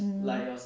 mm